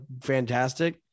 fantastic